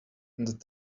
that